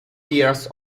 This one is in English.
years